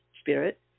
Spirit